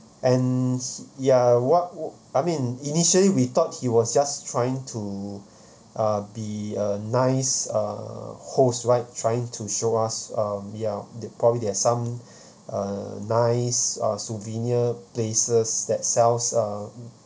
and ya what I mean initially we thought he was just trying to uh be a nice uh host right trying to show us um ya they probably they have some nice uh souvenir places that sells uh